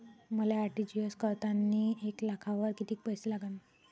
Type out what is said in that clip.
मले आर.टी.जी.एस करतांनी एक लाखावर कितीक पैसे लागन?